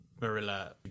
marilla